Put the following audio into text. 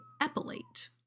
epilate